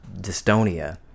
dystonia